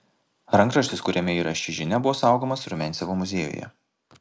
rankraštis kuriame yra ši žinia buvo saugomas rumiancevo muziejuje